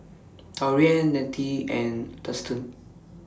Taurean Nettie and Dustan